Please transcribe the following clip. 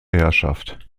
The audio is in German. herrschaft